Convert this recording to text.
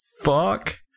fuck